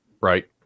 right